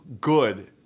good